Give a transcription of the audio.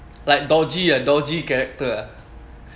like dodgy a dodgy character ah